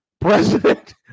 president